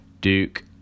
Duke